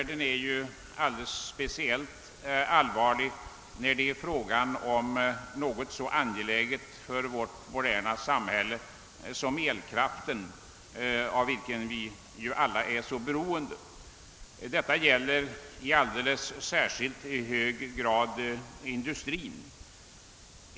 Den är alldeles speciellt allvarlig när det är fråga om något för vårt moderna samhälle så angeläget som elkraften, av vilken vi alla är så beroende. Detta gäller i alldeles särskilt hög grad industrin.